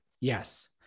Yes